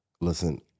Listen